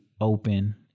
open